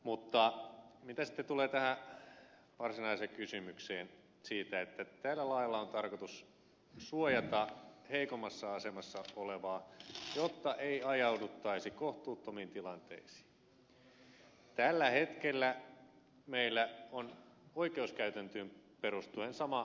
mutta mitä sitten tulee tähän varsinaiseen kysymykseen siitä että tällä lailla on tarkoitus suojata heikommassa asemassa olevaa jotta ei ajauduttaisi kohtuuttomiin tilanteisiin niin tällä hetkellä meillä on oikeuskäytäntöön perustuen sama tilanne